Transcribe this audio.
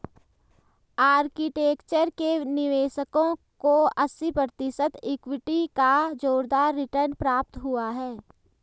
architecture के निवेशकों को अस्सी प्रतिशत इक्विटी का जोरदार रिटर्न प्राप्त हुआ है